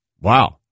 Wow